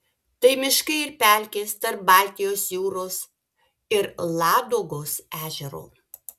tai miškai ir pelkės tarp baltijos jūros ir ladogos ežero